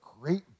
great